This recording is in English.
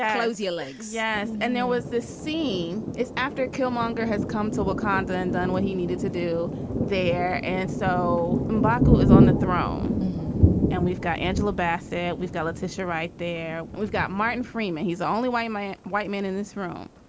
close your legs. yes and there was this scene is after a kill monger has come to the condo and done what he needed to do there. and so marco is on the throne and we've got angela bassett we've got leticia right there. we've got martin freeman. he's only way my white men in this room.